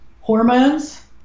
hormones